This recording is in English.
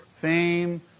fame